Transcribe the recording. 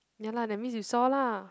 ya lah that means you saw lah